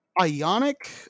Ionic